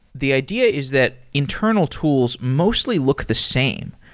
the idea is that internal tools mostly look the same.